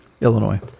Illinois